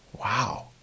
Wow